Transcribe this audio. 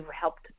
helped